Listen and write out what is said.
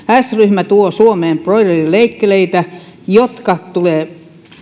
s ryhmä tuo suomeen broilerileikkeleitä jotka tulevat